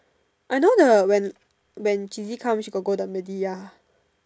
I know the when when cheesy come she got go the media ya